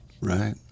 Right